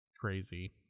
crazy